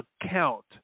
account